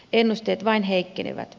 ennusteet vain heikkenevät